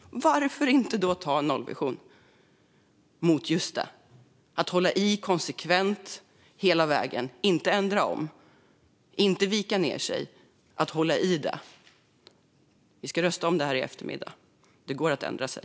Varför då inte anta en nollvision mot just detta och hålla i konsekvent hela vägen, inte ändra om och inte vika ned sig? Vi ska rösta om detta i eftermiddag, och det går att ändra sig.